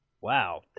Wow